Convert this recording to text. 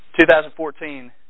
2014